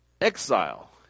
exile